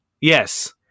Yes